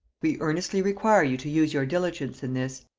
we earnestly require you to use your diligence in this.